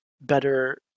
better